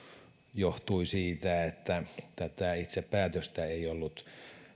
johtui siitä että tätä itse päätöstä ei ollut